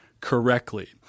correctly